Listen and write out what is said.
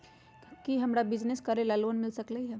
का हमरा के बिजनेस करेला लोन मिल सकलई ह?